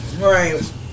right